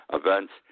events